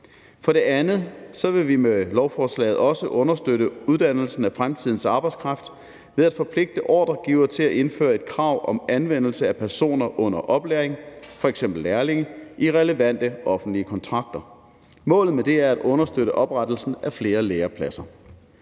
For det andet vil vi med lovforslaget også understøtte uddannelsen af fremtidens arbejdskraft ved at forpligte ordregiver til at indføre et krav om anvendelse af personer under oplæring, f.eks. lærlinge, i relevante offentlige kontrakter. Målet med det er at understøtte oprettelsen af flere lærepladser.